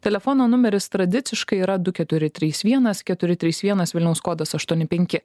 telefono numeris tradiciškai yra du keturi trys vienas keturi trys vienas vilniaus kodas aštuoni penki